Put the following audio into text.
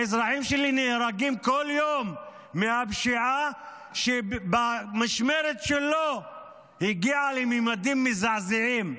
האזרחים שלי נהרגים כל יום מהפשיעה שבמשמרת שלו הגיעה לממדים מזעזעים.